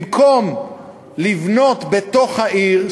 במקום לבנות בתוך העיר,